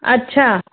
अच्छा